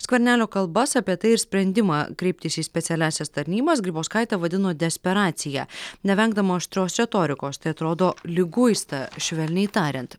skvernelio kalbas apie tai ir sprendimą kreiptis į specialiąsias tarnybas grybauskaitė vadino desperacija nevengdama aštrios retorikos tai atrodo liguista švelniai tariant